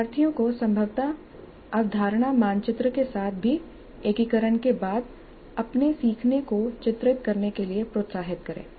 शिक्षार्थियों को संभवतः अवधारणा मानचित्र के साथ भी एकीकरण के बाद अपने सीखने को चित्रित करने के लिए प्रोत्साहित करें